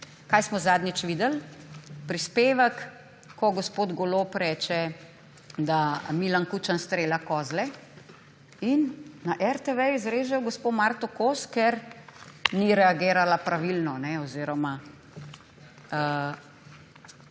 Kaj smo zadnjič videli? Prispevek, ko gospod Golob reče, da Milan Kučan strelja kozle in na RTV izrežejo gospo Marto Kos, ker ni reagirala pravilno oziroma